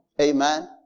amen